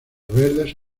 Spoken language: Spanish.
verdes